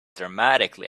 dramatically